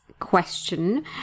question